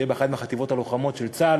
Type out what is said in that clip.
זה יהיה באחת מהחטיבות הלוחמות של צה"ל,